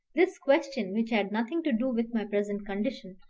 this question, which had nothing to do with my present condition,